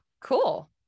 Cool